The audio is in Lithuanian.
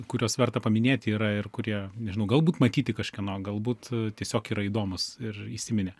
kuriuos verta paminėti yra ir kurie nežinau galbūt matyti kažkieno galbūt tiesiog yra įdomūs ir įsiminė